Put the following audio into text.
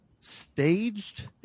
staged